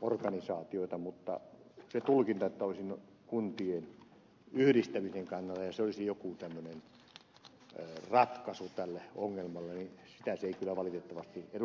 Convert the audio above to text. organisaatioita mutta se tulkinta että olisin kuntien yhdistämisen kannalla ja se olisi joku tämmöinen ratkaisu tälle ongelmalle niin sitä se ei kyllä valitettavasti ed